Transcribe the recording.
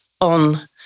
on